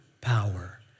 power